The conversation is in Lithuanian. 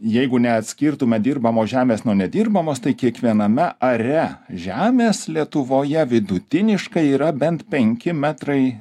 jeigu neatskirtume dirbamos žemės nuo nedirbamos tai kiekviename are žemės lietuvoje vidutiniškai yra bent penki metrai